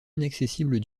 inaccessibles